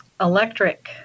electric